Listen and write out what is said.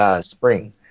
spring